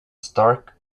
stark